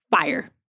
fire